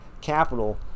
capital